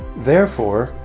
therefore,